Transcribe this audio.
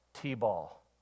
t-ball